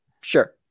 Sure